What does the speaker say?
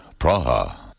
Praha